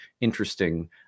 interesting